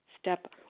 step